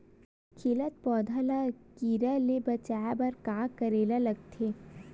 खिलत पौधा ल कीरा से बचाय बर का करेला लगथे?